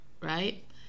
right